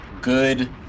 Good